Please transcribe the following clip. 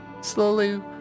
Slowly